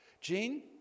Gene